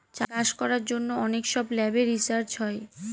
চাষ করার জন্য অনেক সব ল্যাবে রিসার্চ হয়